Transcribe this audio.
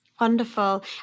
wonderful